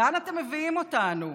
לאן אתם מביאים אותנו?